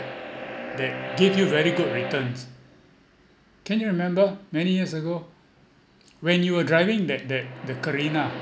that gave you very good returns can you remember many years ago when you were driving that that the carina